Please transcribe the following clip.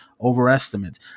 overestimate